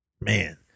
man